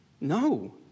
No